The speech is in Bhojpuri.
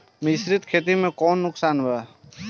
मिश्रित खेती से कौनो नुकसान वा?